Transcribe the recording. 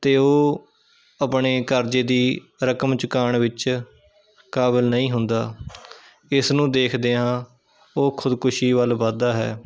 ਅਤੇ ਉਹ ਆਪਣੇ ਕਰਜ਼ੇ ਦੀ ਰਕਮ ਚੁਕਾਣ ਵਿੱਚ ਕਾਬਲ ਨਹੀਂ ਹੁੰਦਾ ਇਸ ਨੂੰ ਦੇਖਦਿਆ ਉਹ ਖੁਦਕੁਸ਼ੀ ਵੱਲ ਵੱਧਦਾ ਹੈ